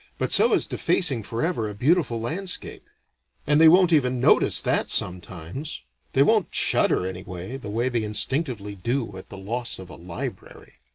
but so is defacing forever a beautiful landscape and they won't even notice that sometimes they won't shudder anyway, the way they instinctively do at the loss of a library.